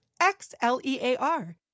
X-L-E-A-R